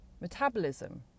metabolism